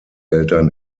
eltern